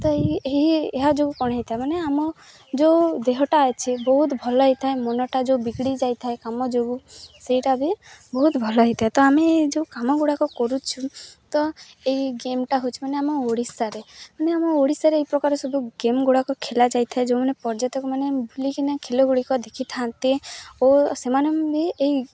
ତ ଏହି ଏହା ଯୋଗୁ କ'ଣ ହେଇଥାଏ ମାନେ ଆମ ଯେଉଁ ଦେହଟା ଅଛି ବହୁତ ଭଲ ହୋଇଥାଏ ମନଟା ଯୋଉ ବିଗିଡ଼ି ଯାଇଥାଏ କାମ ଯୋଗୁଁ ସେଇଟା ବି ବହୁତ ଭଲ ହୋଇଥାଏ ତ ଆମେ ଏଇ ଯେଉଁ କାମଗୁଡ଼ାକ କରୁଛୁ ତ ଏଇ ଗେମ୍ଟା ହେଉଛି ମାନେ ଆମ ଓଡ଼ିଶାରେ ମାନେ ଆମ ଓଡ଼ିଶାରେ ଏଇ ପ୍ରକାର ସବୁ ଗେମ୍ଗୁଡ଼ାକ ଖେଲା ଯାଇ ଥାଏ ଯେଉଁମାନେ ପର୍ଯ୍ୟଟକମାନେ ବୁଲିକିନା ଖେଲଗୁଡ଼ିକ ଦେଖିଥାନ୍ତି ଓ ସେମାନେ ବି ଏଇ